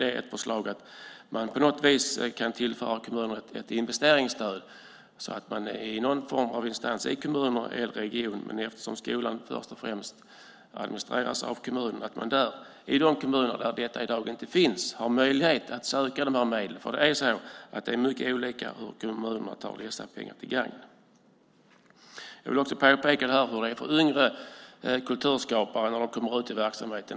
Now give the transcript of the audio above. Ett förslag är att man på något vis kan tillföra kommunerna ett investeringsstöd så att skolorna i någon form av instans, i kommuner eller i regioner - skolan administreras ju först och främst av kommunerna - har möjlighet att söka de här medlen i de kommuner där detta i dag inte finns. Det är mycket olika hur kommunerna ser till att dessa pengar kommer till gagn. Jag vill också påpeka hur det är för yngre kulturskapare när de kommer ut i verksamheten.